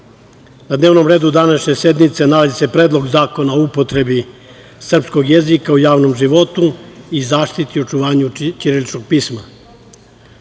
na dnevnom redu današnje sednice nalazi se Predlog zakona o upotrebi srpskog jezika u javnom životu i zaštiti i očuvanju ćiriličnog pisma. Na